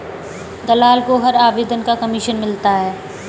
दलाल को हर आवेदन का कमीशन मिलता है